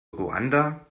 ruanda